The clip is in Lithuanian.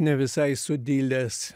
ne visai sudilęs